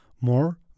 more